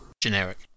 Generic